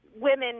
women